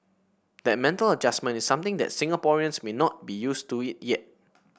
that mental adjustment is something that Singaporeans may not be used to it yet